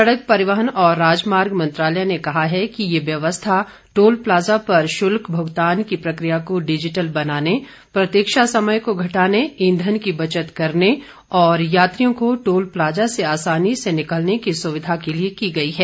सड़क परिवहन और राजमार्ग मंत्रालय ने कहा है कि यह व्यवस्था टोल प्लाजा पर शुल्क भुगतान की प्रक्रिया को डिजिटल बनाने प्रतीक्षा समय को घटाने ईंधन की बचत करने और यात्रियों को टोल प्लाजा से आसानी से निकलने की सुविधा के लिए की गई है